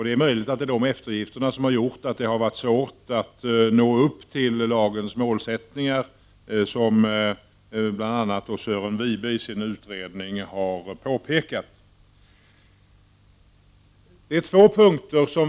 Det är möjligt att det är dessa som har gjort att det har varit svårt att nå upp till lagens målsättningar, något som bl.a. Sören Wibe har påpekat i sin utredning.